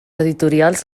editorials